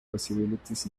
possibilities